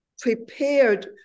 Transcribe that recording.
prepared